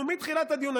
מתחילת הדיון,